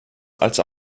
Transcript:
als